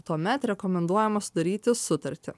tuomet rekomenduojama sudaryti sutartį